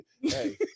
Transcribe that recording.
Hey